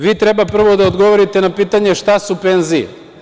Vi treba prvo da odgovorite na pitanje – šta su penzije?